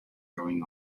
going